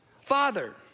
Father